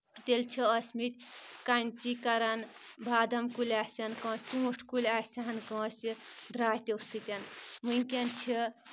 تیٚلہِ چھِ ٲسۍ مٕتۍ کَنچی کَرَان بادَم کُلۍ آسن کٲنٛسہِ ژوٗنٛٹھۍ کُلۍ آسن کٲنٛسہِ درٛاتیو سۭتۍ وٕنکؠن چھِ